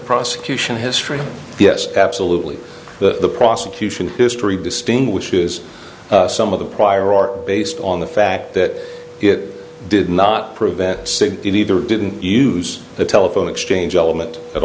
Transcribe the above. prosecution history yes absolutely the prosecution history distinguishes some of the prior are based on the fact that it did not prevent it either didn't use the telephone exchange element at